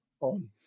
on